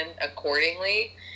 accordingly